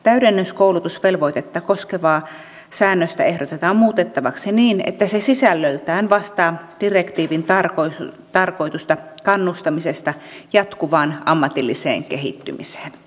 täydennyskoulutusvelvoitetta koskevaa säännöstä ehdotetaan muutettavaksi niin että se sisällöltään vastaa direktiivin tarkoitusta kannustamisesta jatkuvaan ammatilliseen kehittymiseen